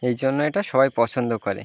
এই জন্য এটা সবাই পছন্দ করে